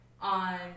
on